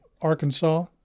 Arkansas